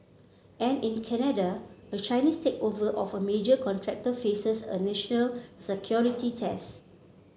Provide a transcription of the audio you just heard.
and in Canada a Chinese takeover of a major contractor faces a national security test